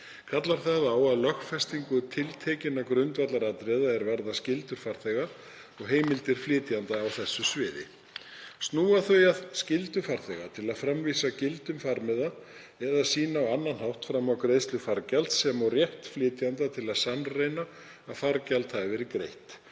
Kallar það á lögfestingu tiltekinna grundvallaratriða er varða skyldur farþega og heimildir flytjenda á þessu sviði. Snúa þau að skyldu farþega til að framvísa gildum farmiða eða sýna á annan hátt fram á greiðslu fargjalds sem og rétt flytjanda til að sannreyna að fargjald hafi verið greitt.